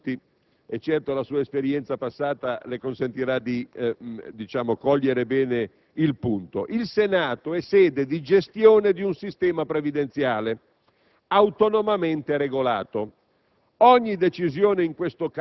Un esempio basterà per tutti, e certo la sua esperienza passata le consentirà di cogliere bene il punto: il Senato è sede di gestione di un sistema previdenziale, autonomamente regolato.